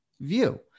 view